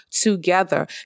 together